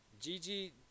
Gigi